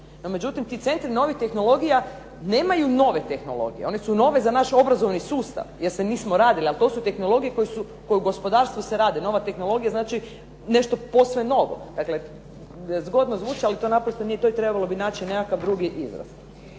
međutim ti centri novih tehnologija nemaju nove tehnologije. One su nove za naš obrazovni sustav jer se nismo radili, ali to su tehnologije koje u gospodarstvu se rade. Nova tehnologija znači nešto posve novo. Dakle, zgodno zvuči ali to naprosto nije, to je trebalo bi naći nekakav drugi izraz.